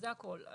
זה הכל.